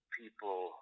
people